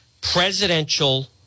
presidential